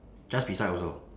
just beside also